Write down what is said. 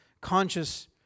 conscious